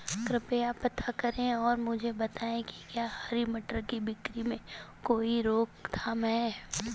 कृपया पता करें और मुझे बताएं कि क्या हरी मटर की बिक्री में कोई रोकथाम है?